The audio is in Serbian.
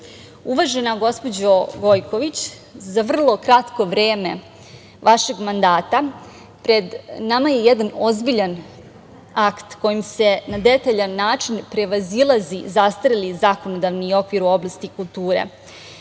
2025“.Uvažena gospođo Gojković, za vrlo kratko vreme vašeg mandata pred nama je jedan ozbiljan akt kojim se na detaljan način prevazilazi zastareli zakonodavni okvir u oblasti kulture. Sigurna